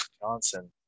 Johnson